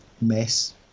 mess